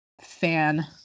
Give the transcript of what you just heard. fan